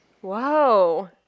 Whoa